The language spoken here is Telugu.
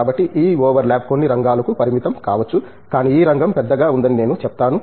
కాబట్టి ఈ ఓవర్ ల్యాప్ కొన్ని రంగాలుకు పరిమితం కావచ్చు కానీ ఈ రంగం పెద్దగా ఉందని నేను చెప్తాను